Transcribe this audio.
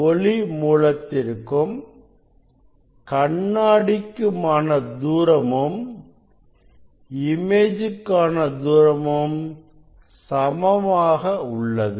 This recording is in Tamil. ஒளி மூலத்திற்கும் கண்ணாடிக்குமான தூரமும் இமேஜ்காண தூரமும் சமமாக உள்ளது